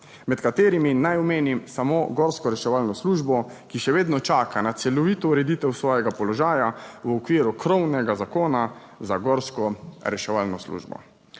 med katerimi naj omenim samo Gorsko reševalno službo, ki še vedno čaka na celovito ureditev svojega položaja v okviru krovnega zakona za Gorsko reševalno službo.